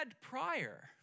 prior